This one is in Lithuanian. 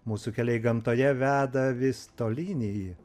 mūsų keliai gamtoje veda vis tolyn į